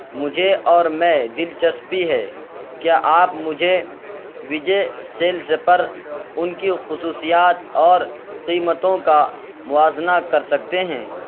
مجھے اور میں دلچسپی ہے کیا آپ مجھے وجے سیلز پر ان کی خصوصیات اور قیمتوں کا موازنہ کر سکتے ہیں